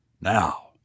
now